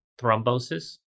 thrombosis